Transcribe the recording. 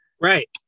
Right